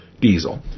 diesel